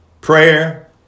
Prayer